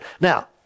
Now